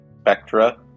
Spectra